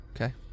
Okay